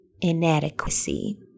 inadequacy